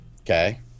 Okay